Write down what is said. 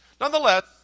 Nonetheless